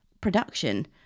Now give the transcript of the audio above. production